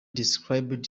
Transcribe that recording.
described